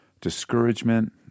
discouragement